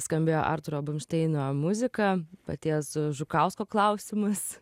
skambėjo artūro bumšteino muzika paties žukausko klausimus